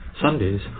Sundays